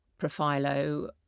Profilo